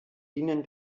dienen